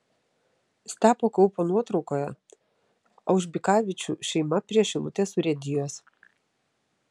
stepo kaupo nuotraukoje aužbikavičių šeima prie šilutės urėdijos